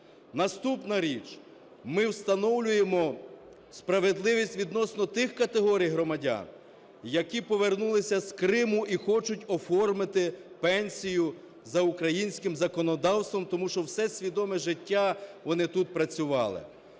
Наступна річ. Ми встановлюємо справедливість відносно тих категорій громадян, які повернулися з Криму і хочуть оформити пенсію за українським законодавством, тому що все свідоме життя вони тут працювали,